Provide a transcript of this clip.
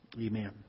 Amen